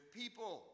people